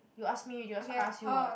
you ask me you just ask you what